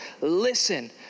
Listen